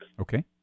Okay